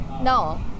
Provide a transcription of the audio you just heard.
No